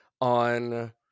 on